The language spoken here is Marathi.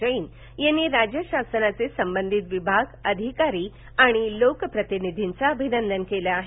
जैन यांनी राज्य शासनाचे संबंधित विभाग अधिकारी आणि लोकप्रतिनिधींचं अभिनंदन केलं आहे